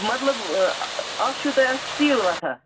مطلب اَکھ چھُو تۄہہِ اَتھ سِٹیٖل وۅتھان